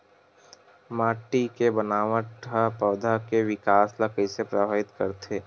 माटी के बनावट हा पौधा के विकास ला कइसे प्रभावित करथे?